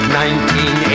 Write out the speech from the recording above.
1980